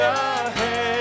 ahead